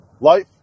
Life